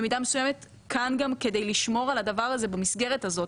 במידה מסוימת כאן גם כדי לשמור על הדבר הזה במסגרת הזאת.